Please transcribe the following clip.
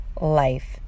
life